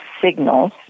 signals